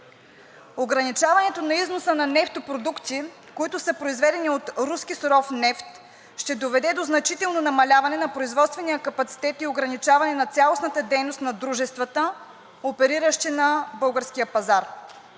Ограничаването на износа на нефтопродукти, произведени от руски суров нефт, ще доведе до значително намаляване на производствения капацитет и ограничаване на цялостната дейност на дружествата, опериращи на българския пазар.